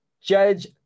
Judge